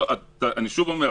אני שוב אומר,